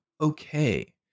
okay